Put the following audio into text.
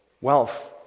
wealth